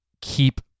keep